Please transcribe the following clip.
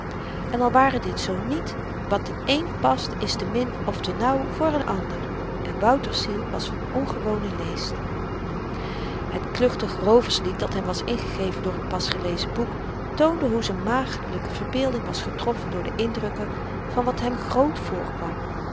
en al ware dit zoo niet wat den een past is te min of te nauw voor n ander en wouter's ziel was van ongewone leest het kluchtig rooverslied dat hem was ingegeven door t pas gelezen boek toonde hoe z'n maagdelyke verbeelding was getroffen door de indrukken van wat hem groot voorkwam